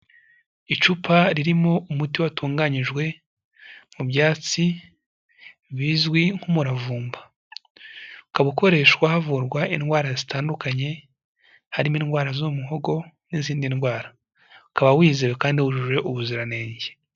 Icupa ririmo umuti watunganyijwe mu byatsi bizwi nk'umuravumba, ukaba ukoreshwa havurwa indwara zitandukanye, harimo indwara zo mu muhogo n'izindi ndwara, ukaba wizewe kandi wujuje ubuziranenge.